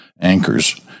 anchors